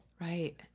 Right